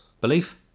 belief